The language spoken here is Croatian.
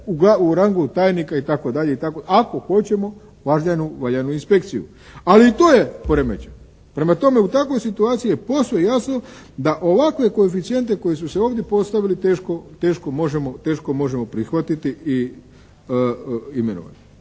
u rangu tajnika itd., ako hoćemo valjanu inspekciju. Ali i to je poremećeno. Prema tome, u takvoj situaciji je posve jasno da ovakve koeficijente koji su se ovdje postavili teško možemo prihvatiti i imenovati.